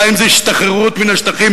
2. השתחררות מן השטחים,